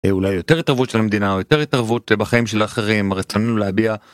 אולי יותר התערבות של המדינה או יותר התערבות בחיים של האחרים רצינו להביע.